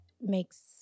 makes